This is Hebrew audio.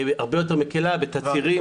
הרבה יותר מקלה בתצהירים.